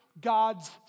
God's